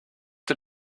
did